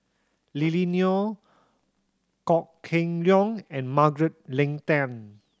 Lily Neo Kok Heng Leun and Margaret Leng Tan